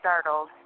startled